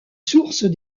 sources